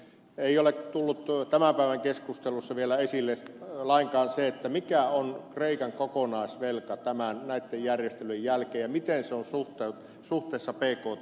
ei ole tullut tämän päivän keskustelussa vielä esille lainkaan se mikä on kreikan kokonaisvelka näitten järjestelyjen jälkeen ja mitä se on suhteessa bkthen